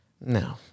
No